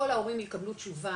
כל ההורים יקבלו תשובה,